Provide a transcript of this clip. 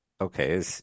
okay